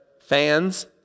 Fans